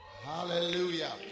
Hallelujah